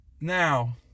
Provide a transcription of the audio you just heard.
now